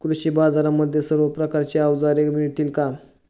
कृषी बाजारांमध्ये सर्व प्रकारची अवजारे मिळतील का?